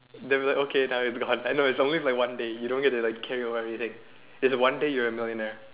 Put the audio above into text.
they will be like okay now it's gone it is only like one day you don't get to like carry over or anything it's one day you're a millionaire